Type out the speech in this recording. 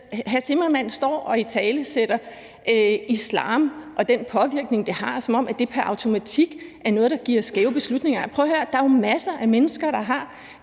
Nick Zimmermann står og italesætter islam og den påvirkning, det har, som om det pr. automatik er noget, der resulterer i skæve beslutninger. Prøv at høre, der er jo masser at mennesker, der har